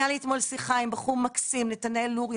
הייתה לי אתמול שיחה עם בחור מקסים, נתנאל נורי.